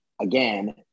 again